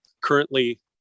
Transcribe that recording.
currently